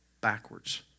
backwards